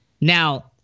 Now